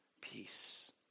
Peace